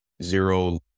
zero